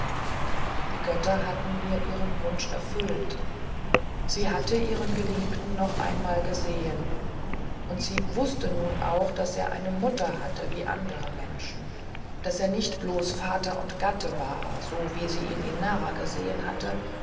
die götter hatten ihr ihren wunsch erfüllt sie hatte ihren geliebten noch einmal gesehen und sie wußte nun auch daß er eine mutter hatte wie andere menschen und daß er ein menschensohn war daß er nicht bloß vater und gatte war so wie sie ihn in nara gesehen hatte